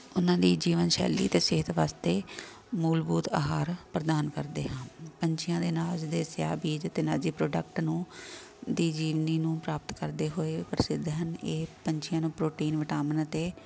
ਉਹਨਾਂ ਦੀ ਜੀਵਨ ਸ਼ੈਲੀ ਅਤੇ ਸਿਹਤ ਵਾਸਤੇ ਮੂਲ ਬੋਧ ਅਹਾਰ ਪ੍ਰਦਾਨ ਕਰਦੇ ਹਾਂ ਪੰਛੀਆਂ ਦੇ ਅਨਾਜ ਦੇ ਸਿਹਾ ਬੀਜ ਅਤੇ ਨਾਜੀ ਪ੍ਰੋਡਕਟ ਨੂੰ ਦੀ ਜੀਵਨੀ ਨੂੰ ਪ੍ਰਾਪਤ ਕਰਦੇ ਹੋਏ ਪ੍ਰਸਿੱਧ ਹਨ ਇਹ ਪੰਛੀਆਂ ਨੂੰ ਪ੍ਰੋਟੀਨ ਵਿਟਾਮਿਨ ਅਤੇ